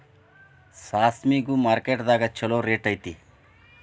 ಸಾಸ್ಮಿಗು ಮಾರ್ಕೆಟ್ ದಾಗ ಚುಲೋ ರೆಟ್ ಐತಿ